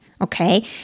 Okay